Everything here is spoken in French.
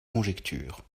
conjectures